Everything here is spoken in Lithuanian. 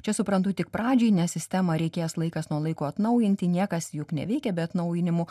čia suprantu tik pradžiai nes sistemą reikės laikas nuo laiko atnaujinti niekas juk neveikia be atnaujinimų